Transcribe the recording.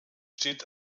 steht